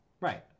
right